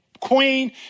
Queen